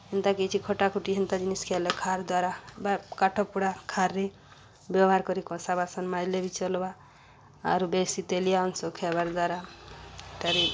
ହେନ୍ତା କିଛି ଖଟା ଖୁଟି ହେନ୍ତା ଜିନିଷ୍ ଖାଏଲେ ଖାର୍ ଦ୍ୱାରା ବା କାଠପୋଡ଼ା ଖାର୍ରେ ବ୍ୟବହାର୍ କରି କସା ବାସନ୍ ମାଜ୍ଲେ ବି ଚଲ୍ବା ଆରୁ ବେଶୀ ତେଲିଆ ଅଂଶ ଖାଏବାର୍ ଦ୍ୱାରା ତାର୍